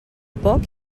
poc